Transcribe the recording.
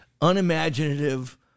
unimaginative